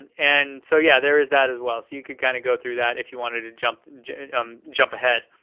and and so yeah there is that as well, so you can kind of go through that if you wanted to jump um jump ahead.